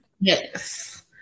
Yes